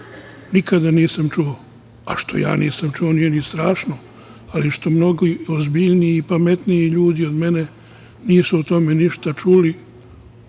nikada nisam čuo. A što ja nisam čuo nije ni strašno, ali što mnogo ozbiljniji i pametniji ljudi od mene nisu o tome ništa čuli,